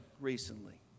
recently